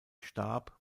starb